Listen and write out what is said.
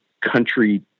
country